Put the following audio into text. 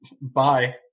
bye